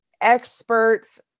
experts